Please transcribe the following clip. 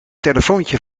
telefoontje